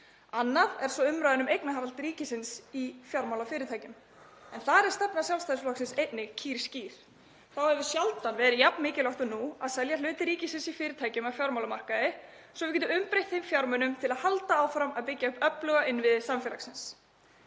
Annað er svo umræðan um eignarhald ríkisins í fjármálafyrirtækjum en þar er stefna Sjálfstæðisflokksins einnig kýrskýr. Þá hefur sjaldan verið jafn mikilvægt og nú að selja hluti ríkisins í fyrirtækjum á fjármálamarkaði svo við gætum umbreytt þeim fjármunum til að halda áfram að byggja upp öfluga innviði samfélagsins.